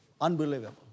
unbelievable